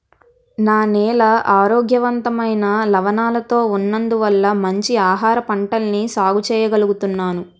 నా నేల ఆరోగ్యవంతమైన లవణాలతో ఉన్నందువల్ల మంచి ఆహారపంటల్ని సాగు చెయ్యగలుగుతున్నాను